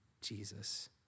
Jesus